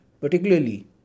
particularly